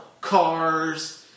cars